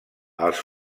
els